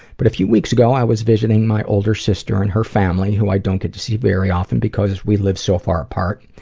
but a few weeks ago, i was visiting my older sister and her family, who i don't get to see very often because we live so far apart.